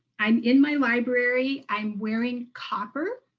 i'm in my library. i'm wearing copper,